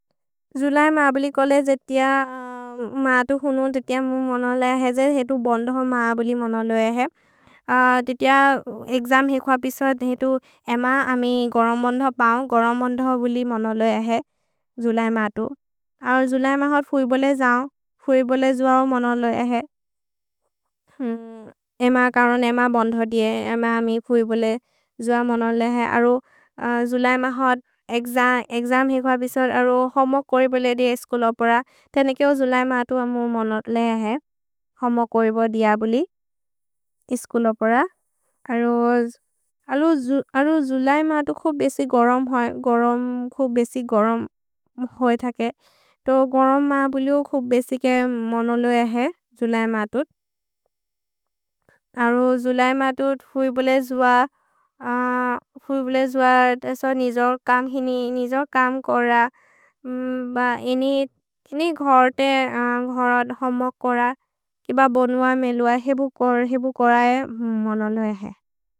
जुलय् मा बुलि कोले जेतिय मातु हुनु, जेतिय मु मनोले अहे जे हेतु बन्धो मा बुलि मनोले अहे। जेतिय एग्जम् हिक्व पिस्व धेतु एम अमि गरम्बन्धो पौन्, गरम्बन्धो बुलि मनोले अहे, जुलय् मातु। अरो जुलय् मा होद् फुइ बोले जौन्, फुइ बोले जुऔ मनोले अहे। एम करोन् एम बन्धो दिए, एम अमि फुइ बोले जुऔ मनोले अहे। अरो जुलय् मा होद् एग्जम्, एग्जम् हिक्व पिस्व अरो होमो कोइबोले दिए इस्कुलो पर। तेनेकेओ जुलय् मातु अमु मनोले अहे, होमो कोइबोले दिअ बुलि इस्कुलो पर। अरो, अरो जुलय् मातु खुब् बेसि गरम्, गरम्, खुब् बेसि गरम् होइ थेके। तो गरम् मा बुलि हो खुब् बेसिके मनोले अहे, जुलय् मातु। अरो जुलय् मातु फुइ बोले जुअ, फुइ बोले जुअ देसो निजोर् कम्, निजोर् कम् कोर। भ इनि, इनि घोर् ते घोर होमो कोर, किब बोन्व मेलुअ, हिबु कोर, हिबु कोरए मनोले अहे।